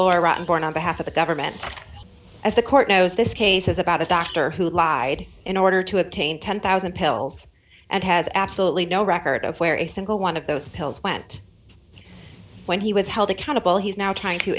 lauren born on behalf of the government as the court knows this case is about a doctor who lied in order to obtain ten thousand pills and has absolutely no record of where a single one of those pills went when he was held accountable he's now trying to